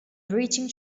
breaching